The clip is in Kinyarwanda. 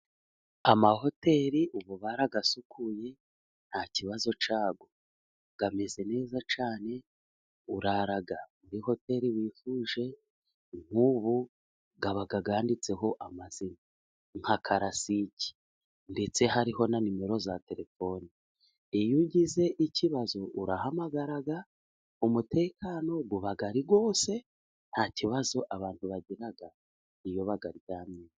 Amahoteri ubu bararayasukuye， nta kibazo cyayo. Ameze neza cyane， urara muri hoteri wifuje， nk'ubu aba yanditseho amaze nka karasiki，ndetse hariho na nimero za terefoni， iyo ugize ikibazo urahamagara，umutekano uba ari wose， nta kibazo abantu bagiragaiyo bayaryamyemo.